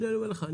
הנה אני אומר לך,